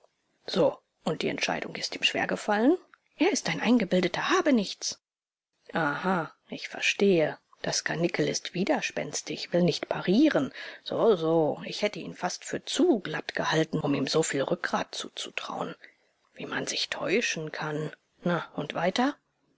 so und die entscheidung ist ihm schwergefallen er ist ein eingebildeter habenichts aha ich verstehe das karnickel ist widerspenstig will nicht parieren so so ich hätte ihn fast für zu glatt gehalten um ihm so viel rückgrat zuzutrauen wie man sich täuschen kann na und weiter